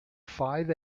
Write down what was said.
five